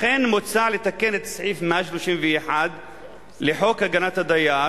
לכן מוצע לתקן את סעיף 131 לחוק הגנת הדייר